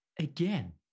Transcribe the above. Again